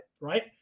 right